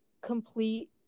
complete